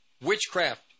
witchcraft